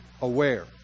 aware